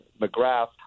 McGrath